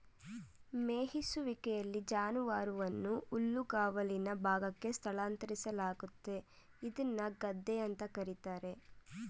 ಮೆಯಿಸುವಿಕೆಲಿ ಜಾನುವಾರುವನ್ನು ಹುಲ್ಲುಗಾವಲಿನ ಭಾಗಕ್ಕೆ ಸ್ಥಳಾಂತರಿಸಲಾಗ್ತದೆ ಇದ್ನ ಗದ್ದೆ ಅಂತ ಕರೀತಾರೆ